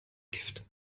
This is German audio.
gift